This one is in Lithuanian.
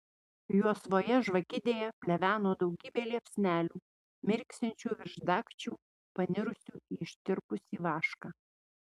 juosvoje žvakidėje pleveno daugybė liepsnelių mirksinčių virš dagčių panirusių į ištirpusį vašką